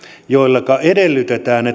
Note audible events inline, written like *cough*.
joilleka edellytetään *unintelligible*